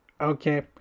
okay